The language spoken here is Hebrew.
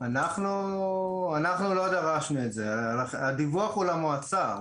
אנחנו לא דרשנו את זה, הדיווח הוא למועצה.